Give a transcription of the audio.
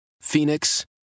Phoenix